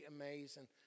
amazing